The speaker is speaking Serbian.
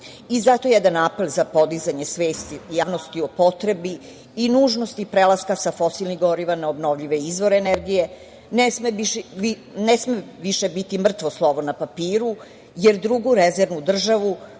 jedan apel za podizanje svesti javnosti o potrebi i nužnosti prelaska sa fosilnih goriva na obnovljive izvore energije ne sme više biti mrtvo slovo na papiru, jer drugu rezervnu državu,